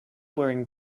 wearing